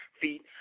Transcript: feet